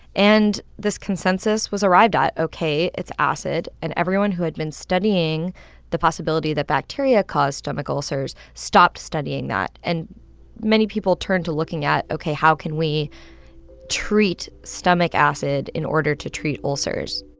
and this consensus was arrived ah at. ok, it's acid. and everyone who had been studying the possibility that bacteria caused stomach ulcers stopped studying that. and many people turned to looking at ok, how can we treat stomach acid in order to treat ulcers?